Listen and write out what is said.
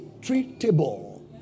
treatable